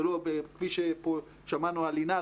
ולא כפי שפה שמענו על לינה,